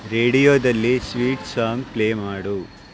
ರೇಡಿಯೊದಲ್ಲಿ sweet song play ಮಾಡು